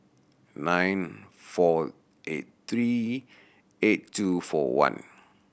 nine four eight three eight two four one